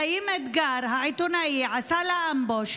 חיים אתגר העיתונאי עשה לה אמבוש,